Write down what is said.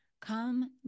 Come